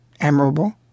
admirable